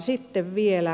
sitten vielä